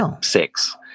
six